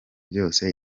byose